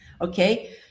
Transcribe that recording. okay